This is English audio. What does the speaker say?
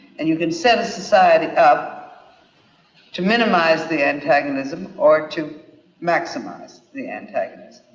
and you can set a society up to minimize the antagonism or to maximize the antagonism.